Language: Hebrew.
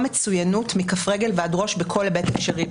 מצוינות מכף רגל ועד ראש בכל היבט אפשרי.